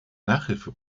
nachhilfe